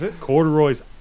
Corduroys